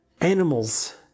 Animals